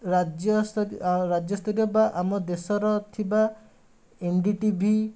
ରାଜ୍ୟସ୍ତର ରାଜ୍ୟସ୍ତରୀୟ ବା ଆମ ଦେଶର ଥିବା ଏଣ୍ଡି ଟିଭି